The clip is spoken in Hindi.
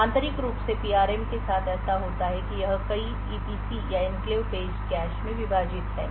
आंतरिक रूप से पीआरएम के साथ ऐसा होता है कि यह कई ईपीसी या एन्क्लेव पेज कैश में विभाजित है